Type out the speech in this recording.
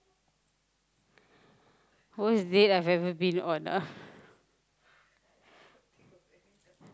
worst date i've ever been on ah